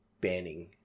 banning